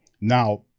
Now